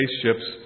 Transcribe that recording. spaceships